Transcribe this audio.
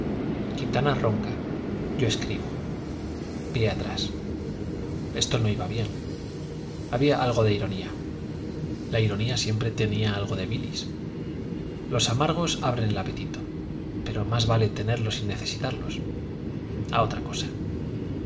quintanar ronca yo escribo pie atrás esto no iba bien había algo de ironía la ironía siempre tiene algo de bilis los amargos abren el apetito pero más vale tenerlo sin necesitarlos a otra cosa